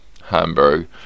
Hamburg